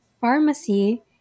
pharmacy